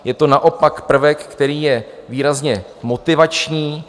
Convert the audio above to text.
Je to naopak prvek, který je výrazně motivační.